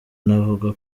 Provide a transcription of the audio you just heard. navuga